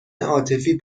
عاطفی